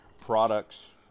products